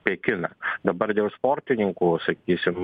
pekiną dabar dėl sportininkų sakysim